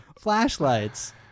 flashlights